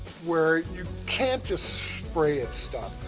where you can't just spray at stuff.